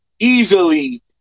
easily